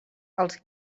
als